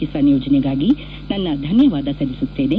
ಕಿಸಾನ್ ಯೋಜನೆಗಾಗಿ ನನ್ನ ಧನ್ಯವಾದ ಸಲ್ಲಿಸುತ್ತೇನೆ